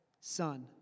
Son